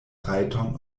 rajton